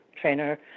Trainer